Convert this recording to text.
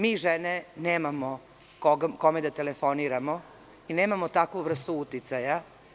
Mi žene nemamo kome da telefoniramo i nemamo takvu vrstu uticaja.